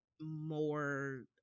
more